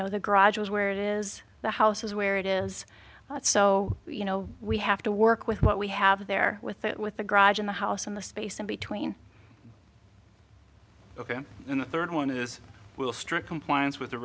know the garage is where it is the house is where it is so you know we have to work with what we have there with it with the garage in the house and the space in between ok and the third one is we'll strict compliance with the